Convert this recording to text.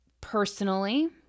personally